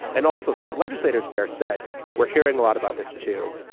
and also state legislators there said we're hearing a lot about this, too.